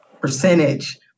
percentage